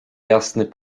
jasny